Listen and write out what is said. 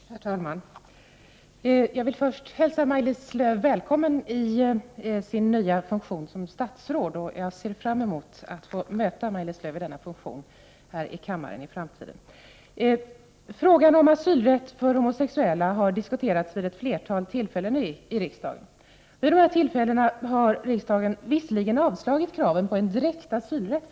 Herr talman! Jag vill först hälsa Maj-Lis Lööw välkommen i sin nya funktion som statsråd. Jag ser fram emot att i framtiden få möta Maj-Lis Lööw i denna hennes nya funktion här i kammaren. Frågan om asylrätt för homosexuella har diskuterats vid ett flertal tillfällen i riksdagen. Vid dessa tillfällen har riksdagen visserligen avslagit kraven på direkt asylrätt.